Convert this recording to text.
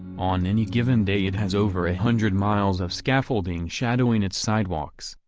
on any given day it has over a hundred miles of scaffolding shadowing its sidewalks,